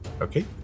Okay